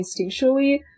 instinctually